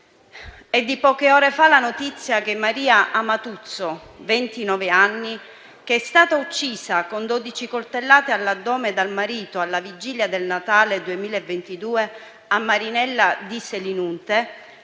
È di poche ore la notizia che Maria Amatuzzo, ventinove anni, che è stata uccisa con 12 coltellate all'addome dal marito, alla vigilia del Natale 2022, a Marinella di Selinunte,